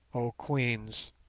oh queens